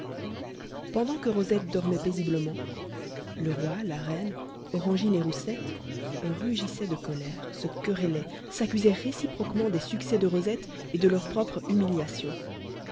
pendant que rosette dormait paisiblement le roi la reine orangine et roussette rugissaient de colère se querellaient s'accusaient réciproquement des succès de rosette et de leur propre humiliation